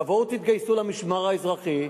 תתגייסו למשמר האזרחי,